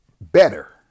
better